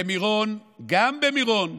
במירון, גם במירון,